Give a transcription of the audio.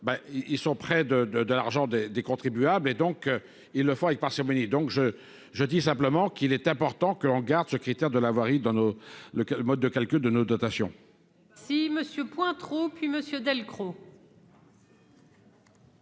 ils sont près de, de, de l'argent des des contribuables et donc ils le font avec parcimonie, donc je, je dis simplement qu'il est important que en garde ce critère de la voirie dans nos le mode de calcul de nos dotations. Si Monsieur Pointereau puis Monsieur Delcros.